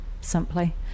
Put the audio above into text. simply